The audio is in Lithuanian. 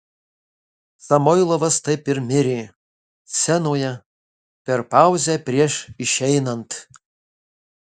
samoilovas taip ir mirė scenoje per pauzę prieš išeinant